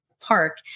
park